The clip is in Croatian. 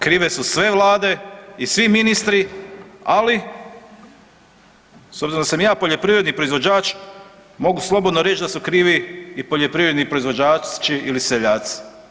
Krive su sve vlade i svi ministri, ali s obzirom da sam ja poljoprivredni proizvođač mogu slobodno reći da su krivi i poljoprivredni proizvođači ili seljaci.